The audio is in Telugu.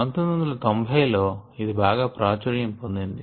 1990 ల్లో ఇది బాగా ప్రాచుర్యం పొందింది